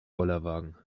bollerwagen